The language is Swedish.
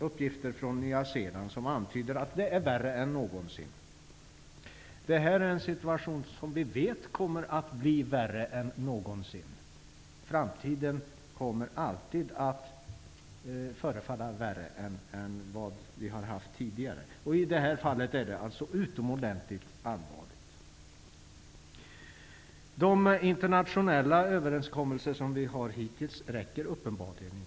Uppgifter från Nya Zeeland antyder att situationen är värre än någonsin. Det är en situation som vi vet kommer att bli värre än någonsin. Situationen kommer alltid att förefalla värre i framtiden än vad den är nu. I detta fall är läget alltså utomordentligt allvarligt. De internationella överenskommelser som vi träffat hittills räcker uppenbarligen inte.